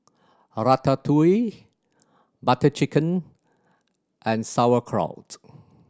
Ratatouille Butter Chicken and Sauerkraut